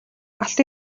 алт